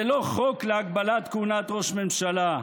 זה לא חוק להגבלת כהונת ראש ממשלה,